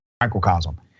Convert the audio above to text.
microcosm